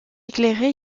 éclairée